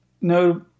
No